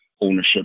ownership